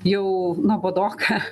jau nuobodoka